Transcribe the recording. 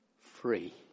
free